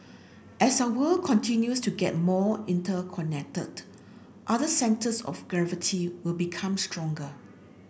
as our world continues to get more interconnected other centres of gravity will become stronger